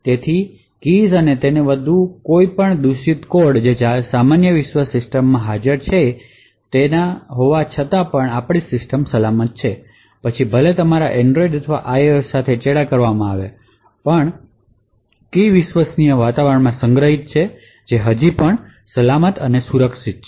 તેથી કીઝ અને તેથી વધુ કોઈપણ મેલીશીયસ કોડ જે સામાન્ય વિશ્વ સિસ્ટમ માં હાજર છે તે હોવા છતાં સલામત છે પછી ભલે તમારા એંડરોઈડ અથવા આઇઓએસ સાથે ચેડા કરવામાં આવે પણ કી વિશ્વસનીય વાતાવરણમાં સંગ્રહિત છે તે હજી પણ સલામત અને સુરક્ષિત છે